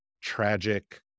tragic